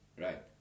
Right